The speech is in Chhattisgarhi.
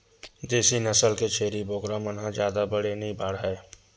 देसी नसल के छेरी बोकरा मन ह जादा बड़े नइ बाड़हय